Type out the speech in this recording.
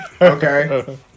Okay